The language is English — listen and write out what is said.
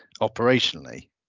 operationally